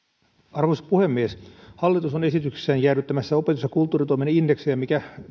arvoisa puhemies hallitus on esityksessään jäädyttämässä opetus ja kulttuuritoimen indeksiä mikä